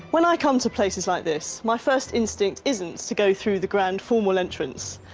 when i come to places like this, my first instinct isn't to go through the grand formal entrance,